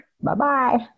Bye-bye